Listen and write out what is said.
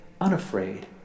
unafraid